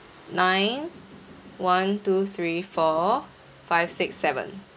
nine one two three four five six seven